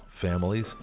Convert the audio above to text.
families